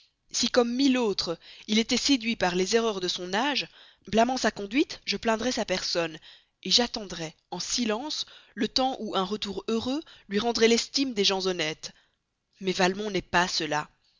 si comme mille autres il était séduit par les erreurs de son âge en blâmant sa conduite je plaindrais sa personne j'attendrais en silence le temps où un retour heureux lui rendrait l'estime des gens honnêtes mais valmont n'est pas cela